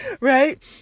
right